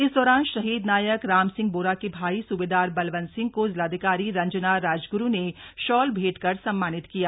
इस दौरान शहीद नायक राम सिंह बोरा के भाई सुबेदार बलवन्त सिंह को जिलाधिकारी रंजना राजगुरु ने शाल भेंट कर सम्मानित किया गया